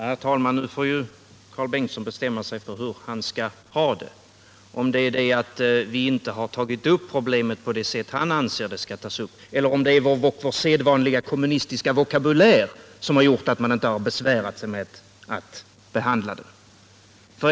Herr talman! Karl Bengtsson får bestämma sig för hur han skall ha det — om det är för att vi inte tagit upp problemet på det sätt som han anser att det skall tas upp eller om det är på grund av vår ”sedvanliga kommunistiska vokabulär” som man inte har besvärat sig med att behandla motionen i försvarsutskottet.